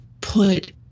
put